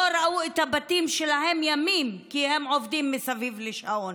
לא ראו את הבתים שלהם ימים כי הם עובדים מסביב לשעון.